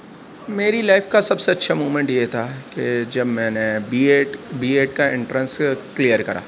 میری لائف کا سب سے اچھا موومنٹ یہ تھا کہ جب میں نے بی ایڈ بی ایڈ کا انٹرینس کلیئر کرا